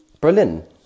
Berlin